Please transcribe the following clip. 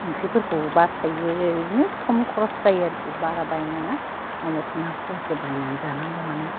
ओंख्रिफोरखौ बासायो बिदिनो खम खम खरस जायो आरिखि बारा बायनाङा नङाबाथ' ना फवासे बायनानै जानांगौङानो